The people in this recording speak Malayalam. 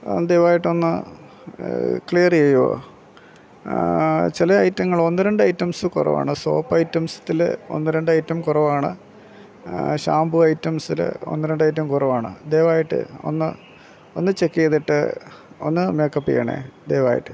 ദയാവായിട്ടൊന്ന് ക്ലിയർ ചെയ്യുമോ ചില ഐറ്റങ്ങൾ ഒന്ന് രണ്ട് ഐറ്റംസ് കുറവാണ് സോപ്പ് ഐറ്റംസ്ത്തിൽ ഒന്ന് രണ്ട് ഐറ്റം കുറവാണ് ഷാംപൂ ഐറ്റംസിൽ ഒന്ന് രണ്ട് ഐറ്റം കുറവാണ് ദയവായിട്ട് ഒന്ന് ഒന്ന് ചെക്ക് ചെയ്തിട്ട് ഒന്ന് ബേക്കപ്പ് ചെയ്യണം ദയവായിട്ട്